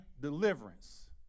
deliverance